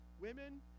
women